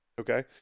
okay